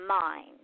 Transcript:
mind